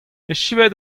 echuet